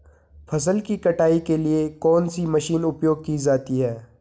फसल की कटाई के लिए कौन सी मशीन उपयोग की जाती है?